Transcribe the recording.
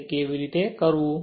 તેથી તે કેવી રીતે કરવું